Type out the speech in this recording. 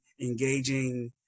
engaging